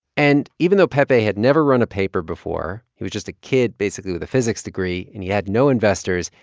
and even though pepe had never run a paper before he was just a kid, basically, with a physics degree and he had no investors,